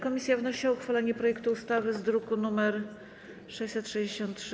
Komisja wnosi o uchwalenie projektu ustawy z druku nr 663.